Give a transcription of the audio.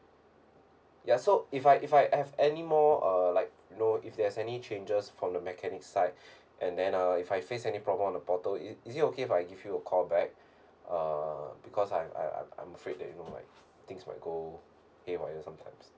ya so if I if I have anymore err like you know if there's any changes from the mechanic side and then uh if I face any problem on the portal is is it okay if I give you a call back uh because I'm I'm I'm afraid that you know like things might go haywire sometimes